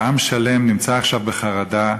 עכשיו בחרדה,